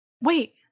Wait